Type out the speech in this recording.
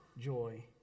joy